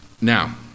Now